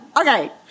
okay